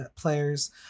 players